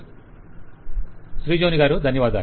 client Srijoni garu ధన్యవాదాలు